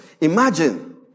imagine